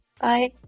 Bye